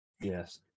yes